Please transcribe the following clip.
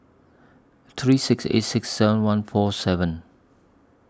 three six eight six seven one four seven